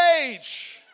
age